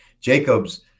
Jacobs